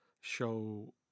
show